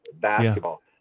basketball